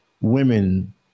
women